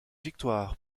victoire